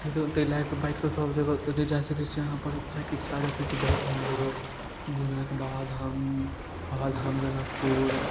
फेरो ओतेक लाइक बाइकसँ सब जगह थोड़े जा सकै छिए अहाँ पर जाइके इच्छा रखै छी बहुत एहन जगह जेनाकि बाबाधाम बाबाधाम जनकपुर